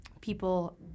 people